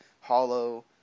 hollow